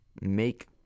make